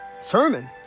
sermon